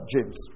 James